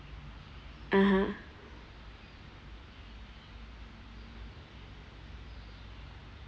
(uh huh)